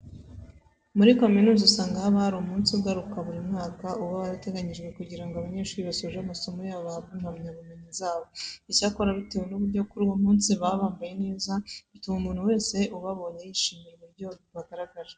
Muri kaminuza usanga haba hari umunsi ugaruka buri mwaka uba warateganyijwe kugira ngo abanyeshuri basoje amasomo yabo bahabwe impamyabumenyi zabo. Icyakora bitewe n'uburyo kuri uwo munsi baba bambaye neza, bituma umuntu wese ubabonye yishimira uburyo bagaragara.